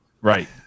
Right